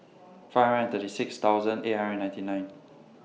five hundred and thirty six thousand eight hundred and ninety nine